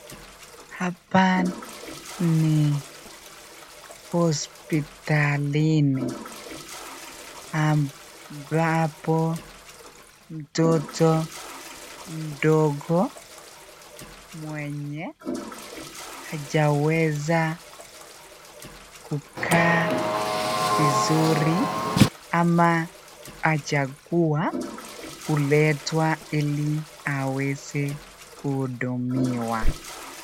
Hapa ni hospitalini ambapo mtoto mdogo mwenye hajaweza kukaa vizuri ama hajakua huletwa ili aweze kuhudumiwa.